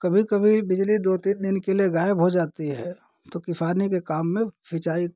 कभी कभी बिजली दो तीन दिन के लिए गायब जाती है तो किसानी के काम में सिंचाई